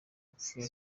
wapfuye